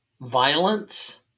violence